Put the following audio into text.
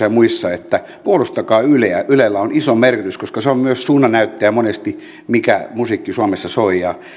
ja muissa että puolustakaa yleä ylellä on iso merkitys koska se on monesti myös suunnannäyttäjä sille mikä musiikki suomessa soi ja